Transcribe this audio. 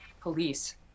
Police